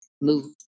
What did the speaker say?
move